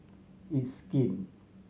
It's Skin